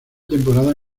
temporada